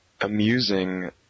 amusing